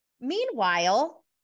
meanwhile